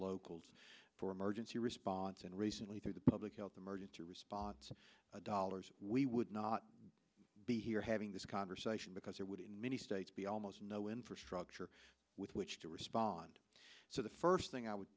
locals for emergency response and recently through the public health emergency response dollars we would not be here having this conversation because it would in many states be almost no infrastructure with which to respond so the first thing i would